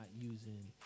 using